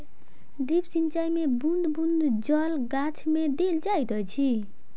drip सिचाई मे बूँद बूँद जल गाछ मे देल जाइत अछि